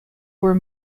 were